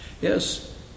Yes